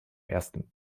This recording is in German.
ersten